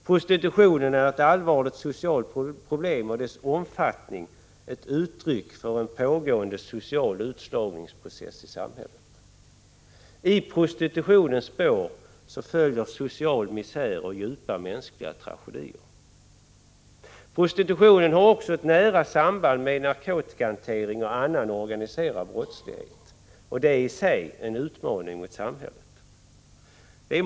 Prostitutionen är ett allvarligt socialt problem och dess omfattning ett uttryck för en pågående social utslagningsprocess i samhället. I prostitutionens spår följer social misär och djupa mänskliga tragedier. Prostitutionens nära samband med narkotikahanteringen och annan organiserad brottslighet är också en utmaning mot samhället.